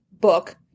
book